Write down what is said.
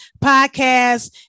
podcast